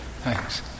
thanks